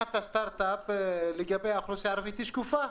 במדינת הסטרטאפ האוכלוסייה הערבית היא שקופה,